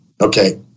Okay